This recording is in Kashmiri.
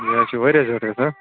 یہِ حظ چھُ واریاہ زیادٕ گَژھان